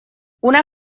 una